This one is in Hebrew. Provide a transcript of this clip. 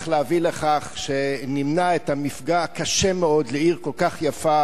להביא לכך שנמנע את המפגע הקשה מאוד לעיר כל כך יפה,